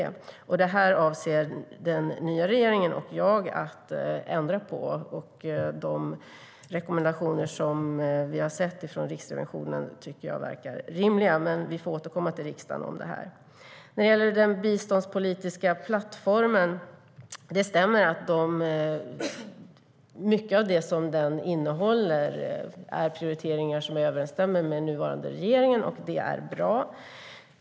Detta avser den nya regeringen och jag att ändra på, och jag tycker att de rekommendationer som vi har sett från Riksrevisionen verkar rimliga. Vi får återkomma till riksdagen om detta. När det gäller den biståndspolitiska plattformen stämmer det att mycket av innehållet är prioriteringar som överensstämmer med den nuvarande regeringens, och det är bra.